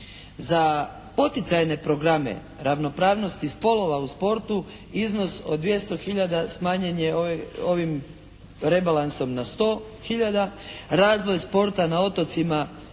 Za poticajne programe ravnopravnosti spolova u sportu iznos od 200 hiljada smanjen je ovim rebalansom na sto hiljada, razvoj sporta na otocima iznos je